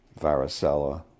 varicella